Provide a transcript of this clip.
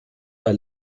bei